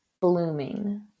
blooming